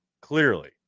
clearly